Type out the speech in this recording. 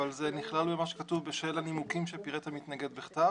אבל זה נכלל במה שכתוב "בשל הנימוקים שפירט המתנגד בכתב".